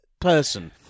person